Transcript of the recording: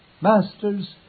Masters